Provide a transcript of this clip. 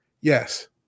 Yes